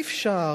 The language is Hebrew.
אי-אפשר,